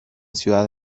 ciudad